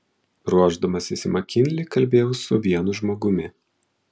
ruošdamasis į makinlį kalbėjau su vienu žmogumi